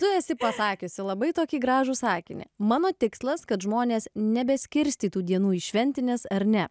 tu esi pasakiusi labai tokį gražų sakinį mano tikslas kad žmonės nebeskirstytų dienų į šventines ar ne